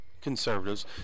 conservatives